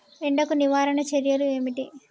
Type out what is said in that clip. ఎండకు నివారణ చర్యలు ఏమిటి?